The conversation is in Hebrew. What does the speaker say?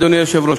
אדוני היושב-ראש,